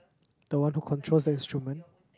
don't want to control instrument